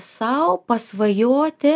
sau pasvajoti